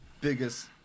biggest